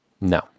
No